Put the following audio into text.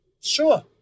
Sure